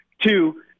Two